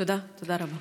תודה רבה.